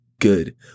Good